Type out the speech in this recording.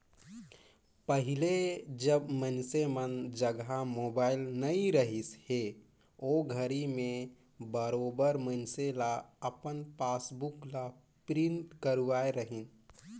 पहिले जब मइनसे मन जघा मोबाईल नइ रहिस हे ओघरी में बरोबर मइनसे न अपन पासबुक ल प्रिंट करवाय रहीन